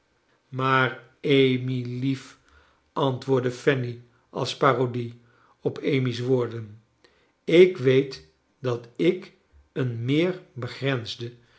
maar amy lief antwoordde fanny als parodie op amy's woorden ik weet dat ik een meer begrensde